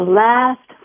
last